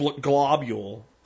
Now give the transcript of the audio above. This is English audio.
globule